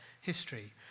history